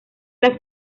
las